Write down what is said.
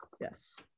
yes